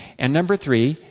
and number three,